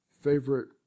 favorite